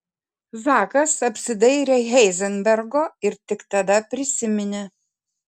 zakas apsidairė heizenbergo ir tik tada prisiminė